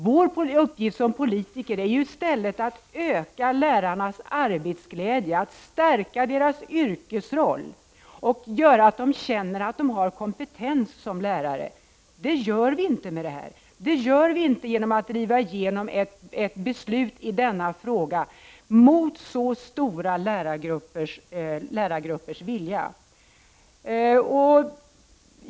Vår uppgift som politiker är ju i stället att öka lärarnas arbetsglädje, att stärka deras yrkesroll och göra att de känner att de har kompetens som lärare. Det gör vi inte genom att driva igenom ett beslut i denna fråga mot så stora lärargruppers vilja.